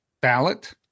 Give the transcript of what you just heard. ballot